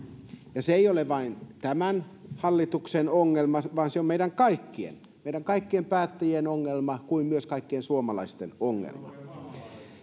ja se ei ole vain tämän hallituksen ongelma vaan se on meidän kaikkien meidän kaikkien päättäjien ongelma kuin myös kaikkien suomalaisten ongelma